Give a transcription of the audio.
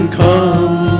come